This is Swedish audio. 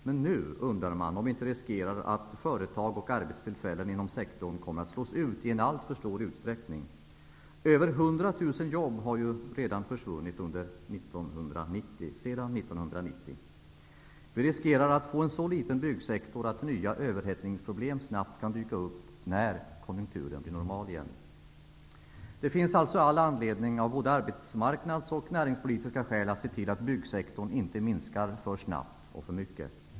Men nu undrar man om vi inte riskerar att företag och arbetstillfällen inom denna sektor kommer att slås ut i en alltför hög utsträckning. Över 100 000 jobb har redan försvunnit sedan 1990. Vi riskerar att få en så liten byggsektor att nya överhettningsproblem snabbt kan dyka upp när konjunkturen blir normal igen. Det finns alltså all anledning av både arbetsmarknads och näringspolitiska skäl att se till att byggsektorn inte minskar för snabbt och för mycket.